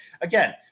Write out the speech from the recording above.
again